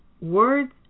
Words